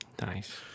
Nice